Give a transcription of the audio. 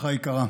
משפחה יקרה,